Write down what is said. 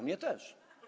Mnie też.